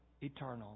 eternal